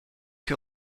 que